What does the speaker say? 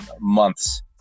months